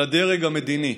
אל הדרג המדיני.